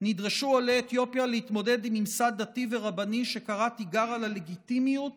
נדרשו עולי אתיופיה להתמודד עם ממסד דתי ורבני שקרא תיגר על הלגיטימיות